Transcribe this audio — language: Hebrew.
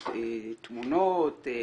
תמונות,